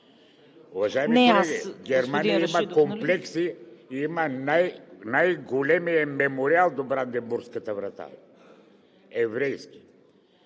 Уважаеми колеги, в Германия има комплекси, има най-големия мемориал до Бранденбургската врата, еврейски.